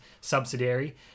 subsidiary